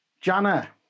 Jana